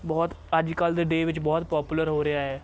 ਬਹੁਤ ਅੱਜ ਕੱਲ੍ਹ ਦੇ ਡੇ ਵਿੱਚ ਬਹੁਤ ਪਾਪੂਲਰ ਹੋ ਰਿਹਾ ਹੈ